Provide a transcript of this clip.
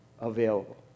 available